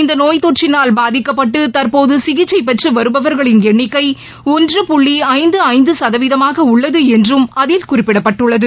இந்த நோய் தொற்றினால் பாதிக்கப்பட்டு தற்போது சிகிச்சை பெற்று வருபவர்களின் எண்ணிக்கை ஒன்று புள்ளி ஐந்து ஐந்து சதவீதமாக உள்ளது என்றும் அதில் குறிப்பிடப்பட்டுள்ளது